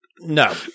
No